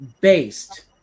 based